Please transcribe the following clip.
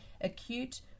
Acute